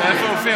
בבקשה.